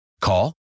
Call